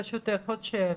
ברשותך, עוד שאלה.